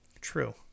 True